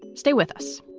stay with us